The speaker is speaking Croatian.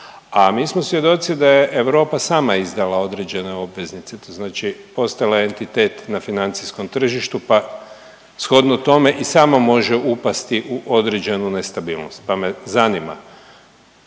a mi smo svjedoci da je Europa sama izdala određene obveznice. To znači ostala je entitet na financijskom tržištu pa shodno tome i sama može upasti u određenu nestabilnost. Pa me zanima